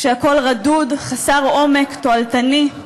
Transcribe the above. כשהכול רדוד, חסר עומק, תועלתני,